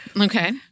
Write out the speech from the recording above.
Okay